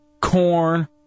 corn